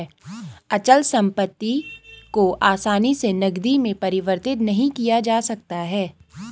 अचल संपत्ति को आसानी से नगदी में परिवर्तित नहीं किया जा सकता है